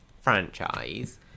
franchise